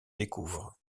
découvrent